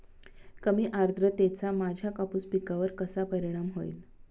कमी आर्द्रतेचा माझ्या कापूस पिकावर कसा परिणाम होईल?